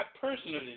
personally